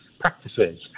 practices